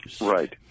Right